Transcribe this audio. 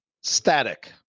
static